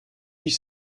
huit